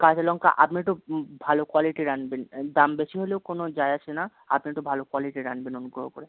কাঁচা লঙ্কা আপনি একটু ভালো কোয়ালিটির আনবেন দাম বেশি হলেও কোনো যায় আসে না আপনি একটু ভালো কোয়ালিটির আনবেন অনুগ্রহ করে